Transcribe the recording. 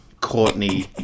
Courtney